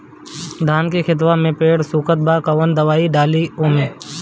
धान के खेतवा मे पेड़ सुखत बा कवन दवाई डाली ओमे?